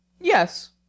yes